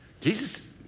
Jesus